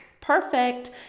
perfect